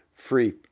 free